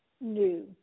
new